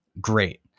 Great